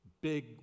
big